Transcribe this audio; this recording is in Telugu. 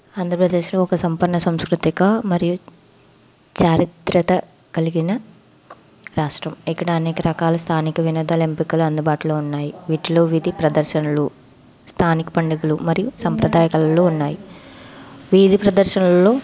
ఆంధ్రప్రదేశ్లో ఒక సంపన్న సంస్కృతిక మరియు చారిత్రక కలిగిన రాష్ట్రం ఇక్కడ అనేక రకాల స్థానిక వినోదాల ఎంపికలు అందుబాటులో ఉన్నాయి వీటిలో వీధి ప్రదర్శనలు స్థానిక పండుగలు మరియు సంప్రదాయ కళలు ఉన్నాయి వీధి ప్రదర్శనలలో